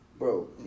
Bro